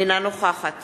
אינה נוכחת